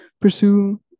pursue